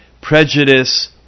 prejudice